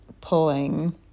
pulling